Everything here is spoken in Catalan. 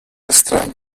estrany